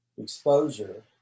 exposure